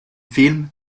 film